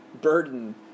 burden